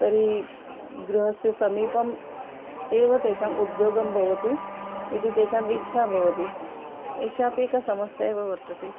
तर्हि गृहस्य समीपम् एव तेषाम् उद्योगं भवतु इति तेषाम् इच्छा भवति एषापि एका समस्या एव वर्तते